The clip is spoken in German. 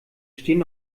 stehen